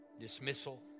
Dismissal